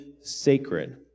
sacred